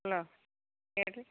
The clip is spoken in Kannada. ಹಲೋ ಹೇಳಿ ರೀ